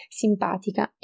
simpatica